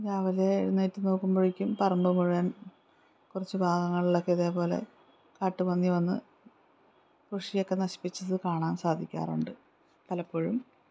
രാവിലെ എഴുന്നേറ്റ് നോക്കുമ്പോഴേക്കും പറമ്പുമുഴുവൻ കുറച്ച് ഭാഗങ്ങളിലൊക്കെ ഇതേപോലെ കാട്ടുപന്നി വന്ന് കൃഷിയൊക്കെ നശിപ്പിച്ചത് കാണാൻ സാധിക്കാറുണ്ട് പലപ്പോഴും